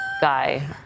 Guy